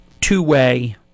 two-way